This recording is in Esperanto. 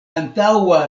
antaŭa